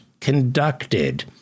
conducted